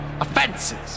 offenses